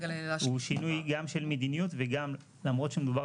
הוא שינוי גם של מדיניות למרות שמדובר